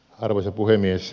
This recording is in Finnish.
arvoisa puhemies